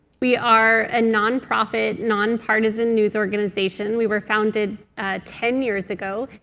we are a nonprofit, nonpartisan news organization. we were founded ten years ago.